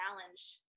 challenge